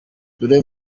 dore